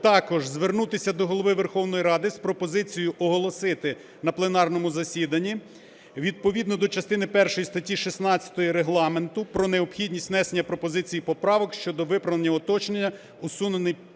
Також звернутися до Голови Верховної Ради з пропозицією оголосити на пленарному засіданні відповідно до частини першої статті 116 Регламенту про необхідність внесення пропозицій і поправок щодо виправлень, уточнень, усунення